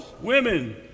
women